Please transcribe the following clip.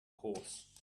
horse